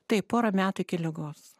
taip pora metų iki ligos